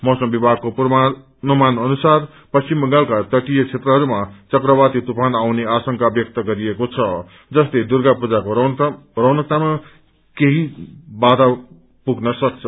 मौसम विभागको पूर्वानुमान अनुसार पश्चिम बंगालको तटीय क्षेत्रहरूमा चक्रवाती तूफान आउने आशंका व्यक्त गरिएको छ जसले दुर्गा पूजाको रौनकतामा केही असुविधा हुन सक्छ